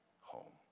home